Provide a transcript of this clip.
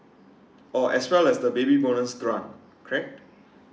oh as well as the baby bonus grant correct